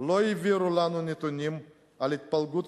לא העבירו לנו נתונים על התפלגות